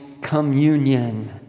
communion